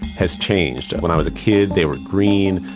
has changed. when i was a kid they were green,